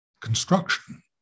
construction